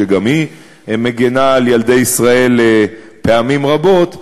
שגם היא מגינה על ילדי ישראל פעמים רבות,